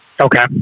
Okay